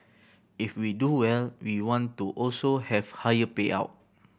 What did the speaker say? if we do well we want to also have higher payout